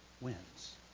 wins